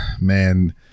man